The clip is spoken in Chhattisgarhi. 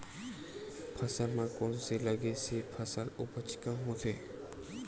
फसल म कोन से लगे से फसल उपज कम होथे?